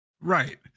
Right